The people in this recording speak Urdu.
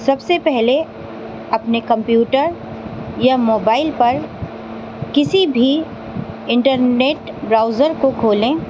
سب سے پہلے اپنے کمپیوٹر یا موبائل پر کسی بھی انٹرنیٹ براؤزر کو کھولیں